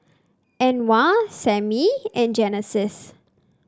Anwar Sammie and Genesis